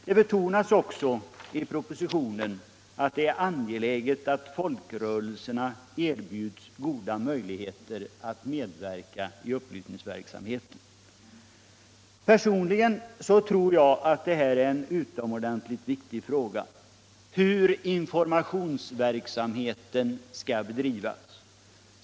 Det betonas också att det är angeläget att folkrörelserna erbjuds goda möjligheter att medverka i upplysningsverksamheten. Personligen tror jag att det är en utomordentligt viktig fråga hur informationsverksamheten skall bedrivas.